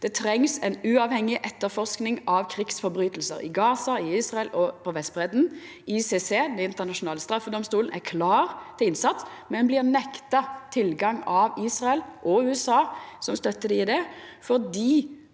Me treng ei uavhengig etterforsking av krigsbrotsverk i Gaza, i Israel og på Vestbreidda. ICC, Den internasjonale straffedomstolen, er klar til innsats, men blir nekta tilgang av Israel og USA, som støttar dei i det